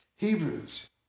Hebrews